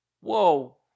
whoa